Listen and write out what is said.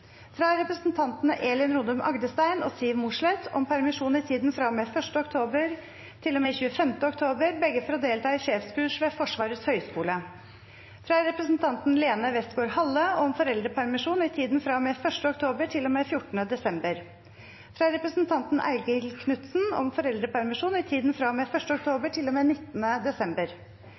fra representantene Elin Rodum Agdestein og Siv Mossleth om permisjon i tiden fra og med 1. oktober til og med 25. oktober – begge for å delta i sjefskurs ved Forsvarets høgskole fra representanten Lene Westgaard-Halle om foreldrepermisjon i tiden fra og med 1. oktober til og med 14. desember fra representanten Eigil Knutsen om foreldrepermisjon i tiden fra og med 1. oktober